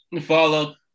follow